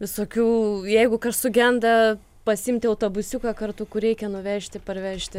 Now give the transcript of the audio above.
visokių jeigu kas sugenda pasiimti autobusiuką kartu kur reikia nuvežti parvežti